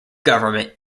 government